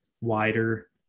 wider